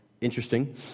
interesting